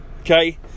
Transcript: okay